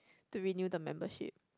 to renew the membership